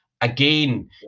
again